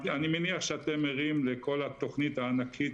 אני מניח שאתם ערים לכל התכנית הענקית